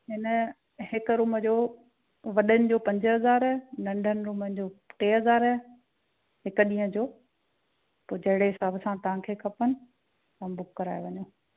हिन हिकु रूम जो वॾनि जो पंज हज़ार नंढन रूम जो टे हज़ार हिकु ॾींहुं जो पोइ जहिड़े हिसाब सां तव्हांखे खपनि तव्हां बुक कराए वञो